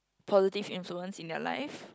positive influence in their life